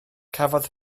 cafodd